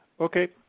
Okay